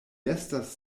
estas